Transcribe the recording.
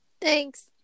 Thanks